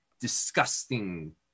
disgusting